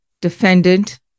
defendant